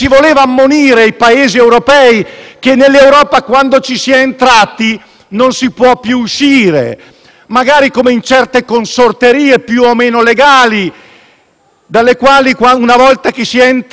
che dall'Europa, una volta entrati, non si può più uscire, magari come in certe consorterie più o meno legali, dalle quali, una volta che si è entrati, non è possibile uscire;